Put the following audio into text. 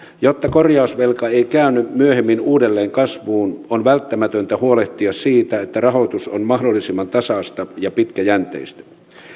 jotta korjausvelka ei käänny myöhemmin uudelleen kasvuun on välttämätöntä huolehtia siitä että rahoitus on mahdollisimman tasaista ja pitkäjänteistä